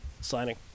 signing